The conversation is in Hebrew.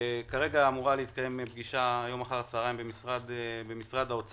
היום אחר הצוהריים אמורה להתקיים פגישה במשרד האוצר.